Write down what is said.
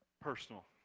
Personal